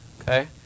Okay